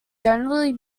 generally